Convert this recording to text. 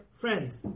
friends